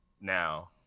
Now